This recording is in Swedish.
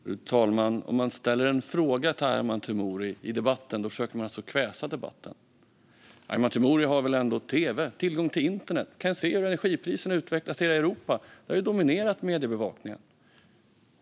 Fru talman! Om man ställer en fråga till Arman Teimouri i debatten försöker man alltså kväsa debatten. Arman Teimouri har väl ändå tv och tillgång till internet och kan se hur energipriserna utvecklas i Europa. Det har dominerat mediebevakningen.